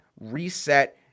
reset